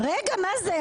רגע, מה זה?